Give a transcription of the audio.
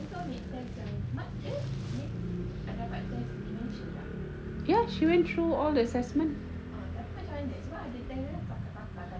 ya she went through all the assessment